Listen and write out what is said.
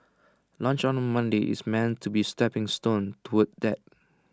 lunch on Monday is meant to be A stepping stone toward that